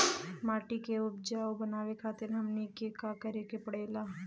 माटी के उपजाऊ बनावे खातिर हमनी के का करें के पढ़ेला?